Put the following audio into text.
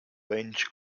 range